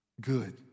good